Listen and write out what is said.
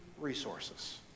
resources